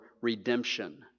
redemption